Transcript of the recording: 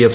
F